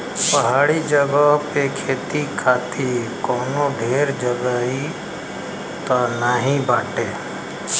पहाड़ी जगह पे खेती खातिर कवनो ढेर जगही त नाही बाटे